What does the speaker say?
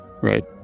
right